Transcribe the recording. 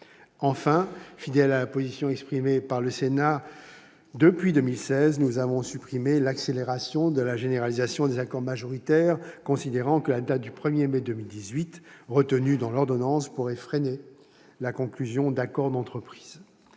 Enfin, fidèles à la position exprimée par le Sénat depuis 2016, nous avons supprimé l'accélération de la généralisation des accords majoritaires, considérant que la date du 1 mai 2018 retenue dans l'ordonnance pourrait freiner la conclusion d'accords d'entreprise.